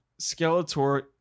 Skeletor